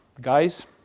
guys